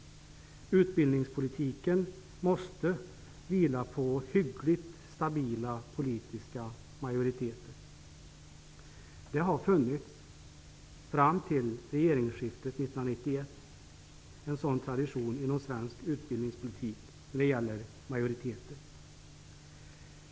Utbildningspolitiken måste vila på hyggligt stabila politiska majoriteter. Fram till regeringsskiftet 1991 hade vi en sådan tradition inom svensk utbildningspolitik.